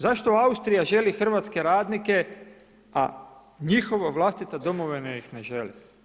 Zašto Austrija želi hrvatske radnike, a njihova vlastita domovina ih ne želi?